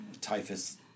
Typhus